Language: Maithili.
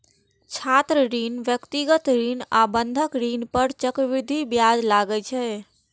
छात्र ऋण, व्यक्तिगत ऋण आ बंधक ऋण पर चक्रवृद्धि ब्याज लागै छै